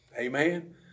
Amen